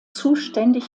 zuständig